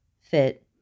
fit